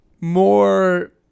more